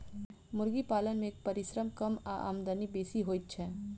मुर्गी पालन मे परिश्रम कम आ आमदनी बेसी होइत छै